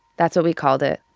that's what we called it.